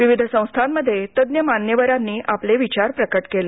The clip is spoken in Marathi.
विविध संस्थांमध्ये तज्ज्ञ मान्यवरांनी आपले विचार प्रकट केले